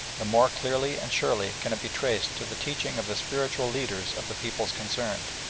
the more clearly and surely can it be traced to the teaching of the spiritual leaders of the peoples concerned.